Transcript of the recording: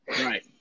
Right